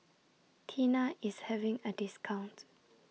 Tena IS having A discount